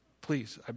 Please